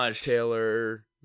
Taylor